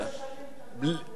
לא, משלמים אגרת רכב,